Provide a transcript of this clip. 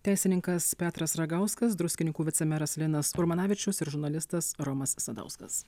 teisininkas petras ragauskas druskininkų vicemeras linas urmanavičius ir žurnalistas romas sadauskas